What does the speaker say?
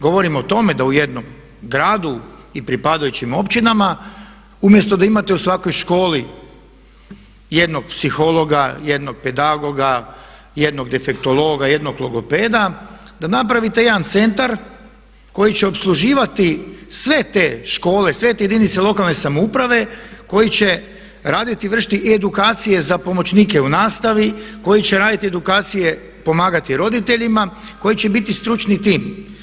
Govorim o tome da u jednom gradu i pripadajućim općinama umjesto da imate u svakoj školi jednog psihologa, jednog pedagoga, jednog defektologa, jednog logopeda da napravite jedan centar koji će opsluživati sve te škole, sve te jedinice lokalne samouprave koji će raditi i vršiti i edukacije za pomoćnike u nastavi, koji će raditi edukacije pomagati roditeljima, koji će biti stručni tim.